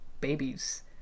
babies